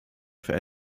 für